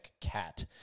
cat